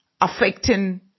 affecting